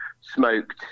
smoked